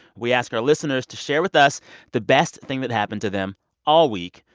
we ask our listeners to share with us the best thing that happened to them all week.